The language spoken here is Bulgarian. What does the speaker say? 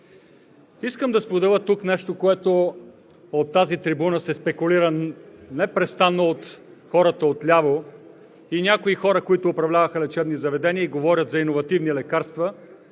Искам да споделя тук нещо, с което се спекулира непрестанно от тази трибуна от хората отляво и някои хора, които управляваха лечебни заведения и говорят за иновативни лекарства,